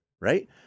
right